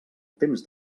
temps